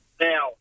Now